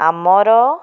ଆମର